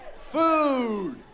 food